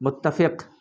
متفق